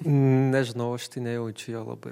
nežinau aš tai nejaučiu jo labai